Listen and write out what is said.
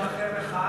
אחרי מחאה ציבורית.